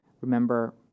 remember